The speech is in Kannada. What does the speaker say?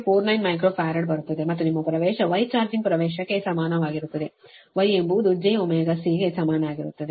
49 ಮೈಕ್ರೊ ಫರಾಡ್ ಬರುತ್ತದೆ ಮತ್ತು ನಿಮ್ಮ ಪ್ರವೇಶ Y ಚಾರ್ಜಿಂಗ್ ಪ್ರವೇಶಕ್ಕೆ ಸಮಾನವಾಗಿರುತ್ತದೆ Y ಎಂಬುದು jωC ಗೆ ಸಮಾನವಾಗಿರುತ್ತದೆ